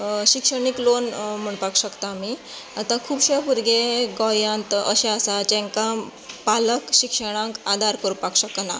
शिक्षणीक लोन म्हणपाक शकता आमी आतां खुबशे भुरगे गोंयांत अशे आसा जांकां पालक शिक्षणाक आदार करपाक शकना